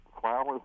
flowers